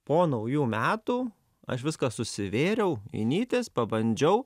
po naujų metų aš viską susivėriau į nytis pabandžiau